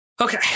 Okay